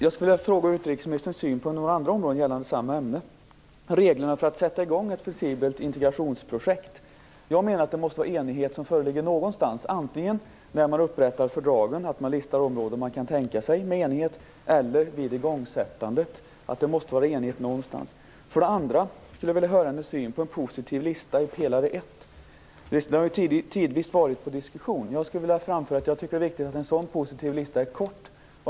Jag skulle också vilja fråga om utrikesministerns syn på några andra områden inom samma ämne. Det gäller för det första reglerna för att sätta i gång ett flexibelt integrationsprojekt. Jag menar att det måste föreligga enighet någonstans, antingen när man upprättar fördragen - man kan då lista områden där man kan tänka sig en enighet - eller vid igångsättandet. För det andra vill jag höra vilken syn som utrikesministern har på en positiv lista inom pelare 1. Listorna har tidvis varit uppe till diskussion. Jag skulle vilja framföra att jag tycker att det är viktigt att en sådan positiv lista är kort.